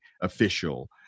official